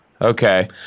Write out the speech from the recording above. Okay